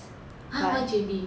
!huh! why J_B